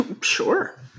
Sure